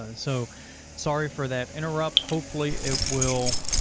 ah so sorry for that interrupt. hopefully it will